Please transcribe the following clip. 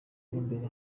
imbere